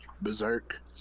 Berserk